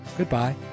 Goodbye